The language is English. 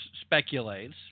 speculates